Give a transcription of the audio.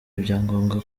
ibyangombwa